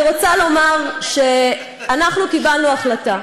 אני רוצה לומר שאנחנו קיבלנו החלטה,